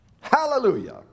Hallelujah